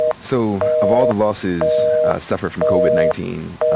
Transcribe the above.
so of all the losses suffered from covid nineteen,